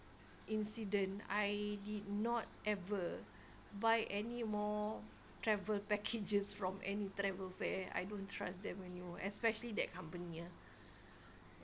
incident I did not ever buy any more travel packages from any travel fair I don't trust them anymore especially that company ah